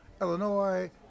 Illinois